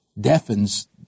deafens